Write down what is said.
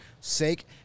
sake